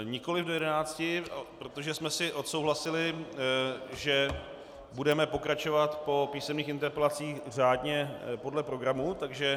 Nikoli do 11 hodin, protože jsme si odsouhlasili, že budeme pokračovat po písemných interpelacích řádně podle programu, takže...